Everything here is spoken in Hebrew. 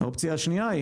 האופציה השנייה היא,